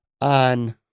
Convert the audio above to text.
on